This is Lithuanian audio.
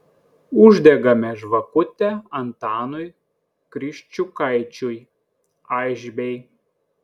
uždegame žvakutę antanui kriščiukaičiui aišbei